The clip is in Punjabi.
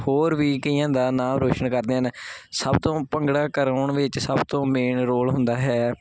ਹੋਰ ਵੀ ਕਈਆਂ ਦਾ ਨਾਮ ਰੋਸ਼ਨ ਕਰਦੇ ਹਨ ਸਭ ਤੋਂ ਭੰਗੜਾ ਕਰਵਾਉਣ ਵਿੱਚ ਸਭ ਤੋਂ ਮੇਨ ਰੋਲ ਹੁੰਦਾ ਹੈ